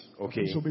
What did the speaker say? Okay